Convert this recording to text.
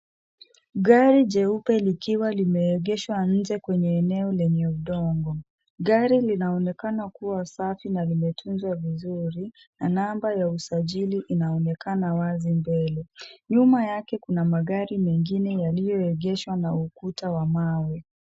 Gari jeupe likiwa limeegeshwa nje kwenye eneo lenye udongo. Gari linaonekana kuwa safi na limetunzwa vizuri, na namba ya usajili inaonekana wazi mbele. Nyuma yake kuna magari mengine yaliyoegeshwa na ukuta wa mawe.